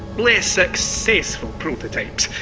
less successful prototypes.